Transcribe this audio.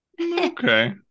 okay